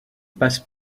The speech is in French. passe